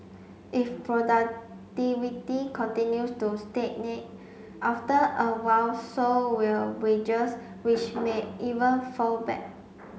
if productivity continues to stagnate after a while so will wages which may even fall back